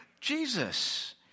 Jesus